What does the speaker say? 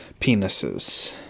penises